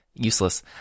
useless